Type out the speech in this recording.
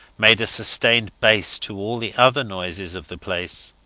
made a sustained bass to all the other noises of the place.